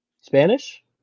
Spanish